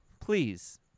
please